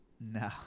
No